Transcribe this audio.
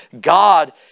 God